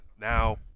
now